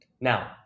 Now